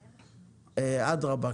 אדרבא.